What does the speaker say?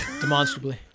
demonstrably